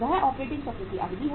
वह ऑपरेटिंग चक्र की अवधि है